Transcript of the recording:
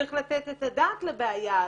צריך לתת את הדעת לבעיה הזו.